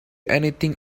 anything